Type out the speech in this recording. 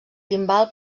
timbal